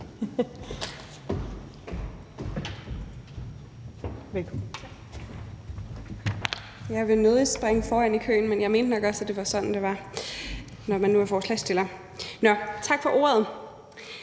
Tak for ordet.